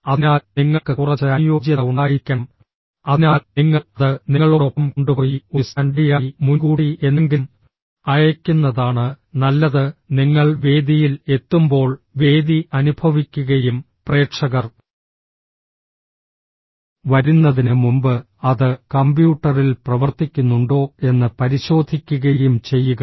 അതിനാൽ നിങ്ങൾക്ക് കുറച്ച് അനുയോജ്യത ഉണ്ടായിരിക്കണം അതിനാൽ നിങ്ങൾ അത് നിങ്ങളോടൊപ്പം കൊണ്ടുപോയി ഒരു സ്റ്റാൻഡ്ബൈയായി മുൻകൂട്ടി എന്തെങ്കിലും അയയ്ക്കുന്നതാണ് നല്ലത് നിങ്ങൾ വേദിയിൽ എത്തുമ്പോൾ വേദി അനുഭവിക്കുകയും പ്രേക്ഷകർ വരുന്നതിന് മുമ്പ് അത് കമ്പ്യൂട്ടറിൽ പ്രവർത്തിക്കുന്നുണ്ടോ എന്ന് പരിശോധിക്കുകയും ചെയ്യുക